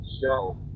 show